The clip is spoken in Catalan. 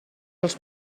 els